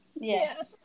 Yes